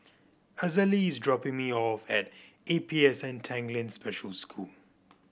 Azalee is dropping me off at A P S N Tanglin Special School